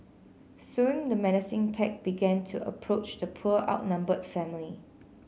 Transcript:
soon the menacing pack began to approach the poor outnumbered family